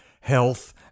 health